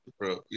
bro